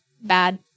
bad